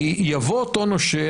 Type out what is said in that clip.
כי יבוא אותו נושה,